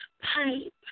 Pipe